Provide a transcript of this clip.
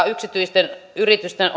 yksityisten yritysten